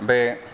बे